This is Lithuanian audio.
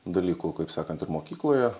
dalykų kaip sakant ir mokykloje